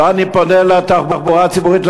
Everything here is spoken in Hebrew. אני פונה לתחבורה הציבורית,